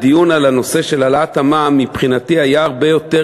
הדיון בנושא העלאת המע"מ היה מבחינתי הרבה יותר